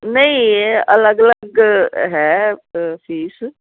ਨਹੀਂ ਇਹ ਅਲੱਗ ਅਲੱਗ ਹੈ ਫੀਸ